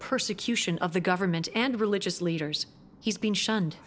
persecution of the government and religious leaders he's been shunned